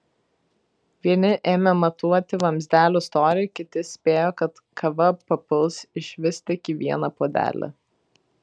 vieni ėmė matuoti vamzdelių storį kiti spėjo kad kava papuls išvis tik į vieną puodelį